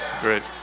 great